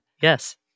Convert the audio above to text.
Yes